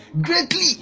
greatly